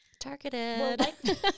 targeted